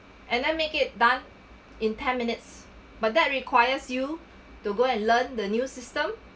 and then make it done in ten minutes but that requires you to go and learn the new system